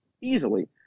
easily